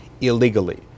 illegally